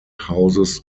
houses